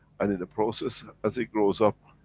and in the process, as it grows up,